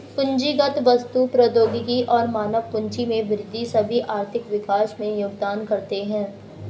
पूंजीगत वस्तु, प्रौद्योगिकी और मानव पूंजी में वृद्धि सभी आर्थिक विकास में योगदान करते है